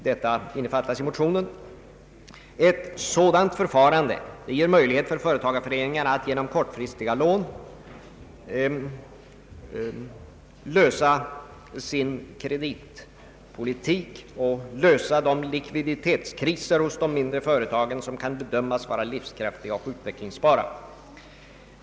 Detta förslag innefattas i motionen. Ett sådant förfarande ger företagarföreningarna möjlighet att genom kortfristiga lån klara likviditetskriser i de mindre företag som kan bedömas vara livskraftiga och utvecklingsbara.